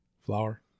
Flour